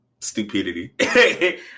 stupidity